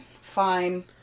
fine